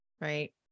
right